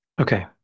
Okay